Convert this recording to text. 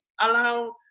allow